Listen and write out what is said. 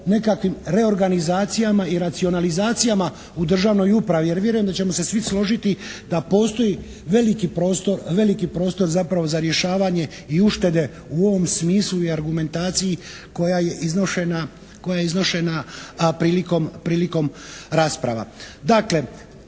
nekakvim reorganizacijama i racionalizacijama u državnoj upravi, jer vjerujem da ćemo se svi složiti da postoji veliki prostor zapravo za rješavanje i uštede u ovom smislu i argumentaciji koja je iznošena prilikom rasprava.